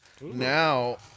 Now